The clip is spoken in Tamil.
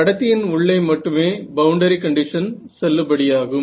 கடத்தியின் உள்ளே மட்டுமே பவுண்டரி கண்டிஷன் செல்லுபடியாகும்